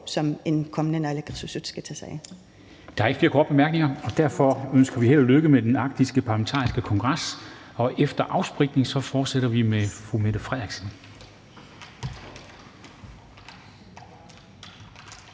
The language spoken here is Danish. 13:22 Formanden (Henrik Dam Kristensen): Der er ikke flere korte bemærkninger, og derfor ønsker vi held og lykke med den arktiske parlamentarikerkonference. Og efter afspritning fortsætter vi med fru Mette Frederiksen,